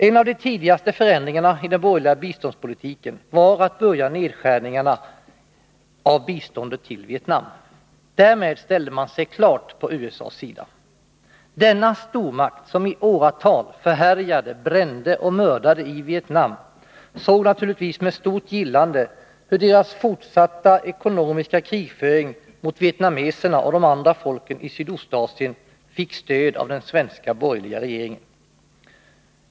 En av de tidigaste förändringarna i den borgerliga biståndspolitiken var att börja nedskärningen av biståndet till Vietnam. Därmed ställde man sig klart på USA:s sida. Denna stormakt, som i åratal förhärjade, brände och mördade i Vietnam, såg naturligtvis med stort gillande hur dess fortsatta ekonomiska krigföring mot vietnameserna och de andra folken i Sydostasien fick stöd av den svenska borgerliga regeringen.